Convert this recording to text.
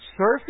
Surfing